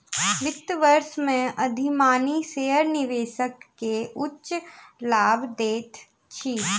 वित्त वर्ष में अधिमानी शेयर निवेशक के उच्च लाभ दैत अछि